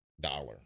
dollar